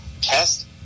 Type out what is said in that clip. test